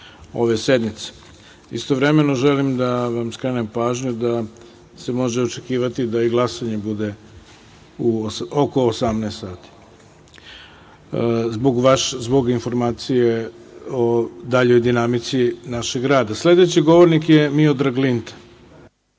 ove sednice. Istovremeno želim da vam skrenem pažnju da se može očekivati da i glasanje bude oko 18.00 časova, radi informacije o daljoj dinamici našeg rada. Sledeći govornik je Miodrag Linta.